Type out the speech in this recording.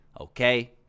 okay